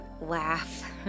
laugh